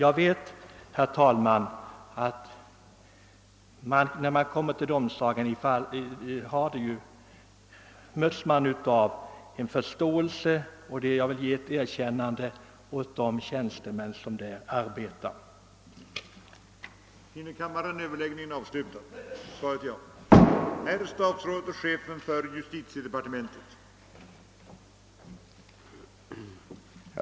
Jag vet, herr talman, att man på domsagan möts som regel av förståelse, och jag vill ge ett erkännande åt dem som arbetar där.